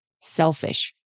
selfish